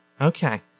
Okay